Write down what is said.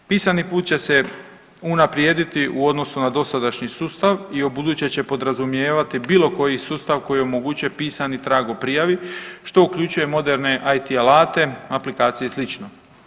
Pisani put će se unaprijediti u odnosu na dosadašnji sustav i u buduće se podrazumijevati bilo koji sustav koji omogućuje pisani trag o prijavi što uključuje moderne IT alate, aplikacije i slično.